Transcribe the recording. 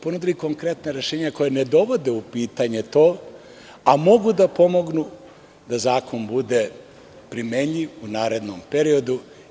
Ponudili smo konkretna rešenja koja ne dovode u pitanje to, a mogu da pomognu da zakon bude primenljiv u narednom periodu.